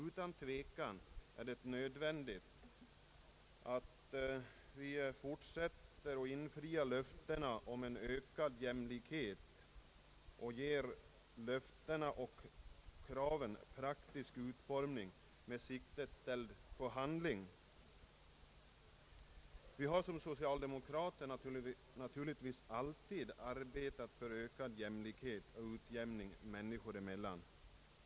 Utan tvekan är det nödvändigt att vi fortsätter att infria löftena om en ökad jämlikhet och ger löftena och kraven praktisk utformning med siktet inställt på handling. Vi har som socialdemokrater naturligtvis alltid arbetat för ökad jämlikhet och utjämning människor emellan.